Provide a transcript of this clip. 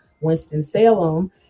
winston-salem